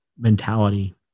mentality